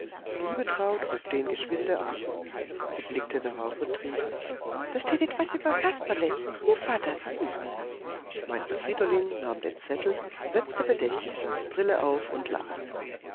liebetraut hob den geschwinde auf sie blickte drauf und rief da steht etwas über kasperle hier vater sieh meister friedolin nahm den zettel setzte bedächtig seine brille auf und las